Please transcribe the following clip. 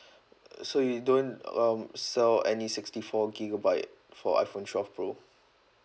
so you don't um sell any sixty four gigabyte for iphone twelve pro